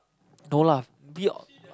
no lah the